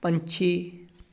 ਪੰਛੀ